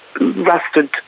rusted